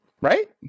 right